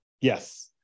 Yes